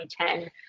2010